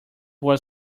were